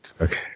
Okay